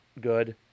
good